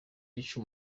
ico